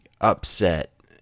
upset